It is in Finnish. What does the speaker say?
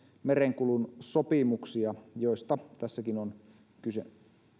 merenkulun sopimuksia joista tässäkin on kyse